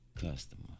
customer